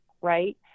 right